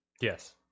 Yes